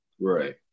Right